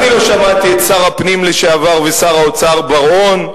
אני לא שמעתי את שר הפנים לשעבר ושר האוצר בר-און,